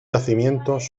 yacimientos